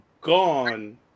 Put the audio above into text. gone